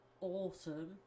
awesome